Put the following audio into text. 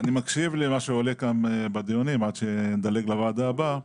אני מקשיב למה שעולה כאן בדיונים עד שאדלג לוועדה הבאה.